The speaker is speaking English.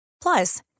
Plus